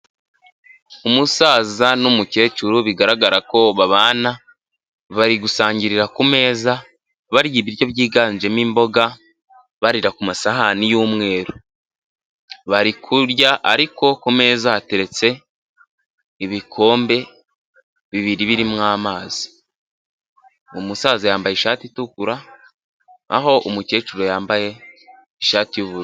Umusaza n'umukecuru bigaragara ko babana bari gusangirira ku meza barya ibiryo byiganjemo imboga barira ku masahani y'umweru bari kurya ariko ku meza hateretse ibikombe bibiri birimo amazi umusaza yambaye ishati itukura aho umukecuru yambaye ishati y'ubururu.